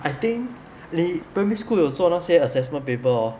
I think 你 primary school 有做那些 assessment paper hor